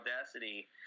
audacity